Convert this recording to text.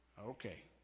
okay